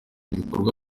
ibikorwa